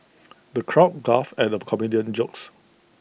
the crowd guffawed at the comedian's jokes